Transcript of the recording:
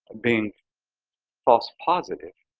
being false positive,